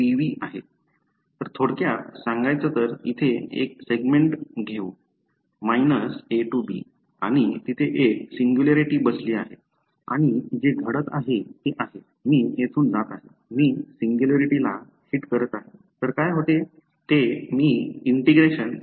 तर थोडक्यात सांगायचं तर इथे एक सेगमेंट घेऊ - a to b आणि तिथे एक सिंग्युलॅरिटी बसली आहे आणि जे घडत आहे ते आहे मी येथून जात आहे मी सिंग्युलॅरिटी ला हिट करत आहे